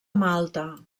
malta